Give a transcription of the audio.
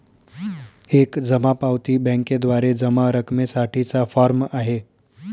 एक जमा पावती बँकेद्वारे जमा रकमेसाठी चा फॉर्म आहे